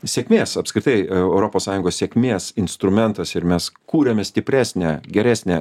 sėkmės apskritai europos sąjungos sėkmės instrumentas ir mes kūrėme stipresnę geresnę